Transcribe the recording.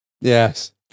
Yes